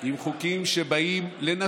את הילדים, ויורד לשטח.